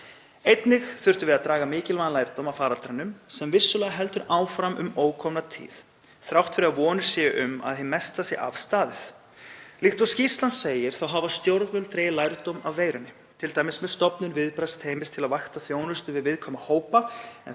Einnig þurftum við að draga mikilvægan lærdóm af faraldrinum sem vissulega heldur áfram um ókomna tíð þrátt fyrir að vonir séu um að hið mesta sé af staðið. Líkt og skýrslan segir hafa stjórnvöld dregið lærdóm af veirunni, t.d. með stofnun viðbragðsteymis til að vakta þjónustu við viðkvæma hópa